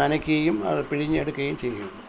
നനയ്ക്കെയും അത് പിഴിഞ്ഞെടുക്കുകയും ചെയ്കയുള്ളു